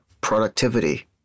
productivity